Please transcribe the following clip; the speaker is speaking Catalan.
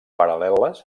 paral·leles